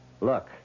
Look